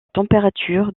température